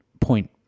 point